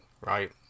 right